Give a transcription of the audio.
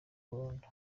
burundu